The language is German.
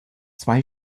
zwei